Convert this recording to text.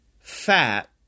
fat